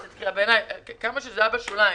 כמה שזה היה בשוליים,